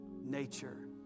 nature